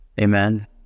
Amen